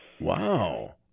Wow